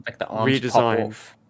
redesign